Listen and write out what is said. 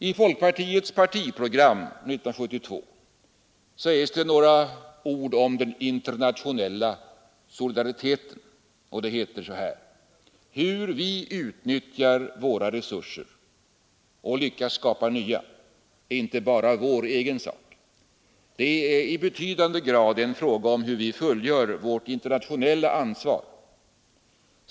I folkpartiets partiprogram 1972 finns några ord om den internationella solidariteten. Det heter: ”Hur vi utnyttjar våra resurser — och lyckas skapa nya — är inte bara vår egen sak. Det är i betydande grad en fråga om hur vi fullgör vårt internationella ansvar.